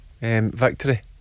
victory